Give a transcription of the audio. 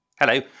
Hello